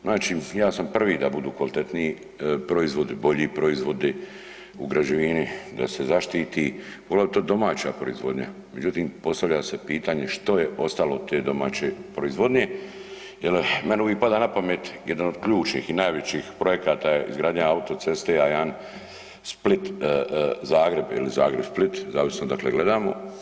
Znači ja sam prvi da budu kvalitetniji proizvodi, bolji proizvodi u građevini da se zaštiti poglavito domaća proizvodnja, međutim postavlja se pitanje što je ostalo od te domaće proizvodnje, jel meni uvijek pada napamet jedan od ključnih i najvećih projekata izgradnja autoceste A1 Split – Zagreb ili Zagreb – Split zavisno odakle gledamo.